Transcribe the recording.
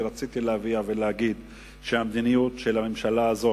כי רציתי להגיד שהמדיניות של הממשלה הזאת,